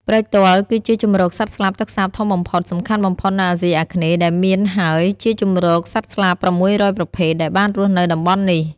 ព្រែកទាល់ គឺជាជម្រកសត្វស្លាបទឹកសាបធំបំផុតងសំខាន់បំផុតនៅអាស៊ីអាគ្នេយ៍ដែលមាន ហើយជាជម្រកសត្វស្លាប៦០០ប្រភេទដែលបានរស់នៅតំបន់នេះ។